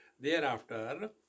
thereafter